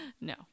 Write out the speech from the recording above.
no